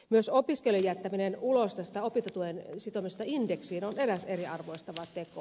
myös opiskelijoiden jättäminen ulos tästä opintotuen sitomisesta indeksiin on eräs eriarvostava teko